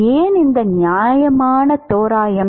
ஏன் இந்த நியாயமான தோராயம்